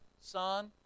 son